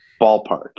Ballpark